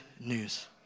news